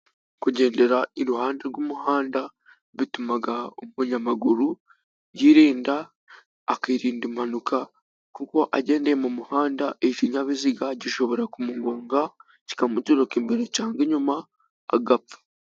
Kugendera iruhande rw'umuhanda bituma umunyamaguru yirinda akirinda impanuka, kuko agendeye mu muhanda, ikinyabiziga gishobora kumugonga, kikamuturuka imbere cyangwa inyuma agapfa.